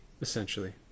essentially